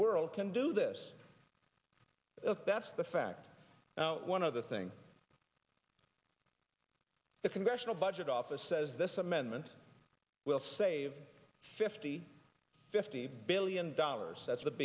world can do this that's the fact one of the things the congressional budget office says this amendment will save fifty fifty billion dollars that's